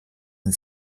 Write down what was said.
man